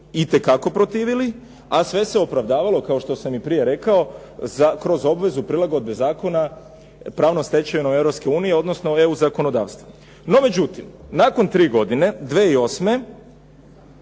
itekako protivili, a sve se opravdavalo kao što sam i prije rekao kroz obvezu prilagodbe zakona pravno stečeno Europskoj uniji, odnosno EU zakonodavstva. No međutim, nakon tri godine 2008.